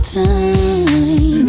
time